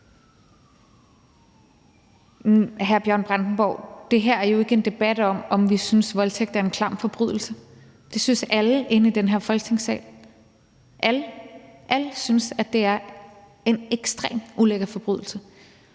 Hr. Bjørn Brandenborg, det her er jo ikke en debat om, om vi synes, voldtægt er en klam forbrydelse. Det synes alle inde i den her Folketingssal. Alle – alle – synes, at det er en ekstremt ulækker forbrydelse.